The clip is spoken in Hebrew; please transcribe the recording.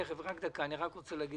לפני כן אני רוצה להגיד